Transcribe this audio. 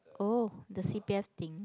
oh the c_p_f thing